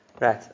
Right